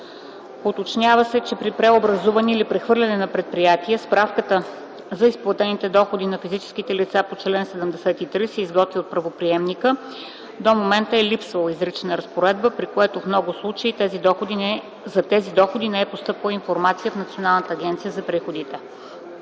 уточнява се, че при преобразуване или прехвърляне на предприятие справката за изплатени доходи на физически лица по чл. 73 се изготвя от правоприемника. До момента е липсвала изрична уредба, при което в много случаи за тези доходи не е постъпвала информация в Националната агенция за приходите.